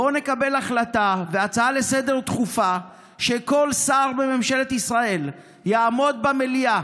בואו נקבל החלטה והצעה לסדר-יום דחופה שכל שר בממשלת ישראל יעמוד במליאה